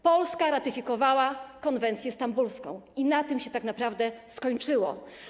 Polska ratyfikowała konwencję stambulską i na tym tak naprawdę się skończyło.